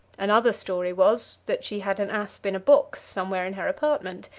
another story was, that she had an asp in a box somewhere in her apartment,